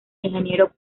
ingeniero